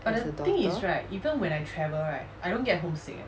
as a daughter